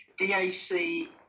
DAC